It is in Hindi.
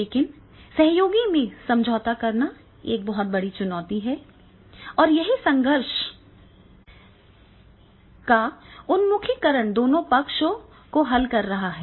लेकिन सहयोगी में समझौता करना एक बड़ी चुनौती है और यही संघर्ष का उन्मुखीकरण दोनों पक्षों को हल कर रहा है